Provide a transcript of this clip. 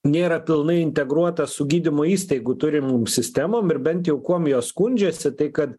nėra pilnai integruota su gydymo įstaigų turimom sistemom ir bent jau kuom jos skundžiasi tai kad